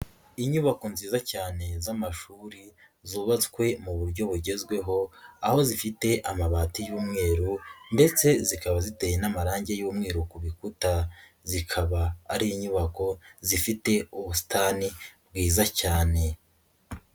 Inyubako nziza cyane z'amashuri zubatswe mu buryo bugezweho, aho zifite amabati y'umweru ndetse zikaba ziteye n'amarange y'umweru ku bikuta zikaba ari inyubako zifite ubusitani bwiza cyane.